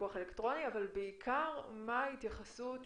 בפיקוח אלקטרוני, אבל בעיקר מה ההתייחסות